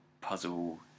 puzzle